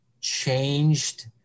changed